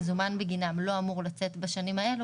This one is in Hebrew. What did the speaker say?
מזומן בגינם לא אמור לצאת בשנים האלו